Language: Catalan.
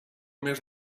més